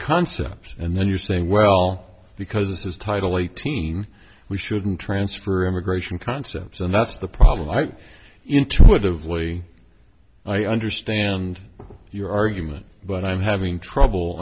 concepts and then you say well because this is title eighteen we shouldn't transfer immigration concepts and that's the problem i think intuitively i understand your argument but i'm having trouble